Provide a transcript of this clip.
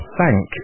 thank